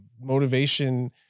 motivation